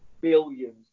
billions